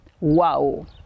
Wow